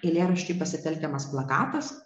eilėraštyje pasitelkiamas plakatas